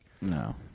no